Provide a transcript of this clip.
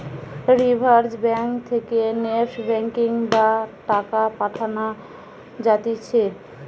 reserve bank থেকে NEFT banking বা টাকা পাঠান যাতিছে